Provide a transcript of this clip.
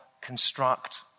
construct